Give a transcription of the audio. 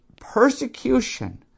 persecution